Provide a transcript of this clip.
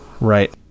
Right